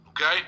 Okay